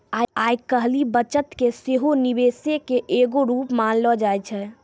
आइ काल्हि बचत के सेहो निवेशे के एगो रुप मानलो जाय छै